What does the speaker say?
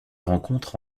rencontre